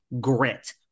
grit